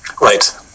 right